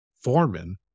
foreman